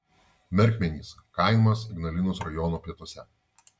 merkmenys kaimas ignalinos rajono pietuose